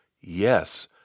Yes